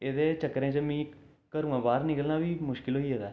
एह्दे चक्करें च मिगी घरै दा बाह्र निकलना बी मुश्कल होई गेदा